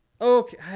Okay